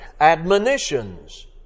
admonitions